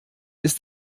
ist